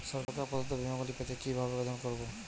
সরকার প্রদত্ত বিমা গুলি পেতে কিভাবে আবেদন করতে হবে?